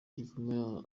gikomereye